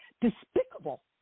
despicable